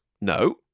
No